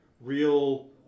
real